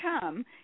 come